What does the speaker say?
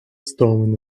storm